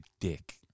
dick